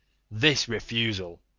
this refusal,